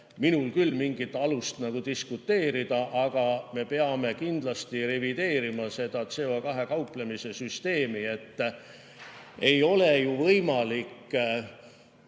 minul küll mingit alust diskuteerida. Aga me peame kindlasti revideerima seda CO2‑ga kauplemise süsteemi. Ei ole ju võimalik